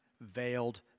veiled